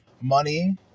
Money